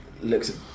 looks